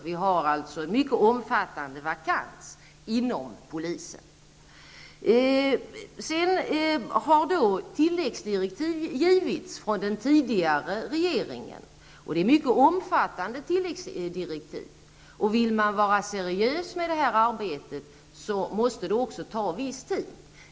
Det finns alltså ett omfattande antal vakanser inom polisen. Den tidigare regeringen gav senare mycket omfattande tilläggsdirektiv. Om man vill bedriva detta arbete seriöst, måste det alltså få ta sin tid.